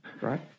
Right